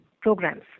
programs